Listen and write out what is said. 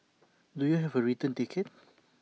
do you have A return ticket